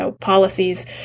policies